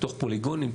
ניתוח פוליגונים,